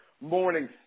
morning